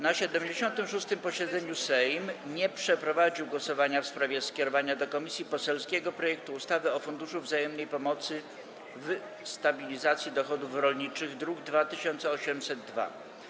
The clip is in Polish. Na 76. posiedzeniu Sejm nie przeprowadził głosowania w sprawie skierowania do komisji poselskiego projektu ustawy o Funduszu Wzajemnej Pomocy w Stabilizacji Dochodów Rolniczych, druk nr 2802.